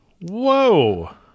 Whoa